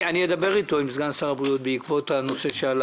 אדבר עם סגן שר הבריאות בעקבות הנושא שעלה